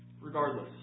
Regardless